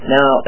Now